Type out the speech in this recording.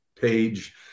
Page